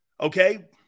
Okay